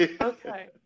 Okay